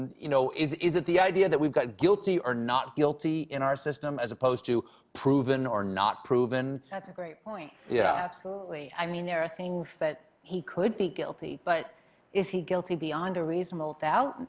and you know, is is it the idea that we've got guilty or not guilty in our system as opposed to proven or not proven? that's a great point. yeah absolutely. i mean, there are things that he could be guilty, but is he guilty beyond a reasonable doubt?